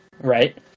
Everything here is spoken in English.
right